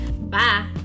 Bye